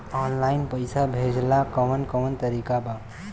Online पइसा भेजेला कवन कवन तरीका बा?